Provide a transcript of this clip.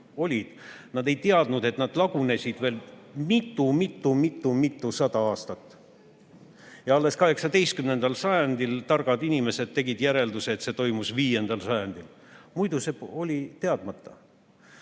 nad ei teadnud, et nad lagunesid veel mitu-mitu-mitu-mitusada aastat. Alles 18. sajandil tegid targad inimesed järelduse, et see toimus 5. sajandil. Muidu see oli teadmata.